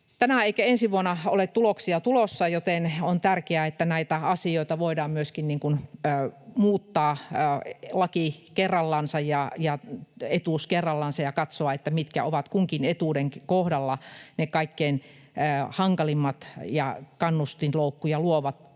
tänä eikä ensi vuonna ole tuloksia tulossa, joten on tärkeää, että näitä asioita voidaan myöskin muuttaa laki kerrallansa ja etuus kerrallansa ja katsoa, mitkä ovat kunkin etuuden kohdalla ne kaikkein hankalimmat ja kannustinloukkuja luovat